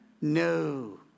No